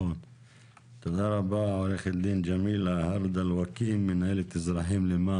תודה רבה עו"ד ג'מילה הרדל וואכים,